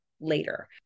later